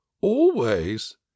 Always